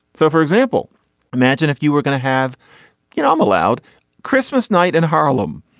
so for example imagine if you were going to have you know i'm allowed christmas night in harlem.